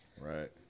Right